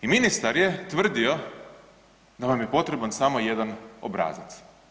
I ministar je tvrdio da vam je potreban samo jedan obrazac.